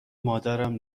مادرم